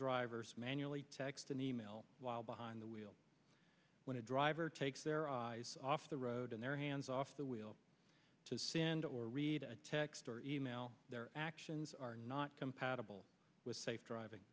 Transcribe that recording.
drivers manually text and email while behind the wheel when a driver takes their eyes off the road and their hands off the wheel to sind or read a text or email their actions are not compatible with safe driving